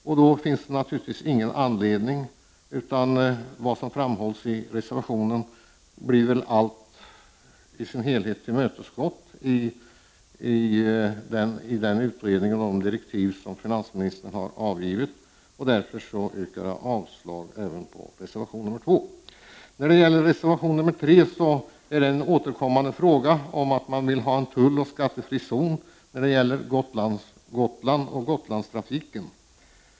Och alla krav som ställs i reservationen blir tillgodosedda i denna utredning och i de direktiv som finansministern har gett. Därför yrkar jag avslag även på reservation 2. I reservation 3 föreslås åter att Gotland skall bli en tulloch skattefri zon och att skattefri försäljning skall få ske på färjorna mellan Gotland och det svenska fastlandet.